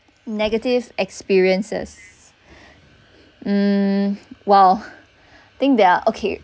negative experiences mm well I think there are okay